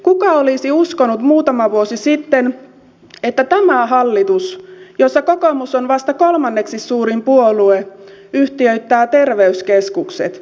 kuka olisi uskonut muutama vuosi sitten että tämä hallitus jossa kokoomus on vasta kolmanneksi suurin puolue yhtiöittää terveyskeskukset